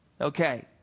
okay